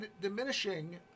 diminishing